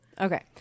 Okay